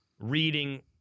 reading